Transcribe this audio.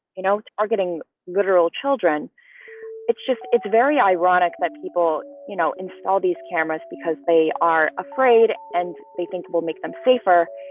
you know, are getting literal children it's just it's very ironic that people, you know, install these cameras because they are afraid and they think it will make them safer.